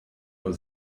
nur